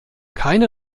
keine